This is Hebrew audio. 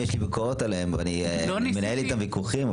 אם יש לי ביקורות עליהם ואני מנהל איתם ויכוחים.